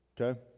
Okay